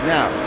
Now